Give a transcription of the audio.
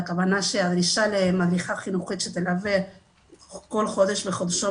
והכוונה של הדרישה של מדריכה חינוכית שתלווה כל חודש וחודשו,